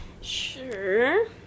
Sure